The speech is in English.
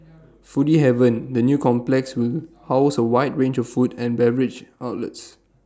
foodie haven the new complex will house A wide range of food and beverage outlets